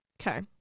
Okay